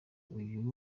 uyu